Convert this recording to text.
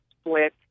split